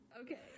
Okay